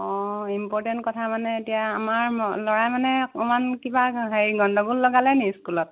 অঁ ইম্পৰ্টেণ্ট কথা মানে এতিয়া আমাৰ ল'ৰাই মানে অকণমান কিবা হেৰি গণ্ডগোল লগালে নি স্কুলত